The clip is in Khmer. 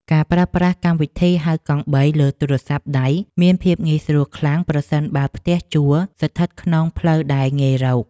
ការប្រើប្រាស់កម្មវិធីហៅកង់បីលើទូរស័ព្ទដៃមានភាពងាយស្រួលខ្លាំងប្រសិនបើផ្ទះជួលស្ថិតក្នុងផ្លូវដែលងាយរក។